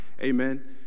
amen